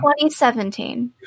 2017